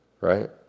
Right